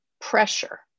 pressure